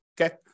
okay